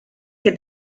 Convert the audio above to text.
que